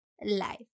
life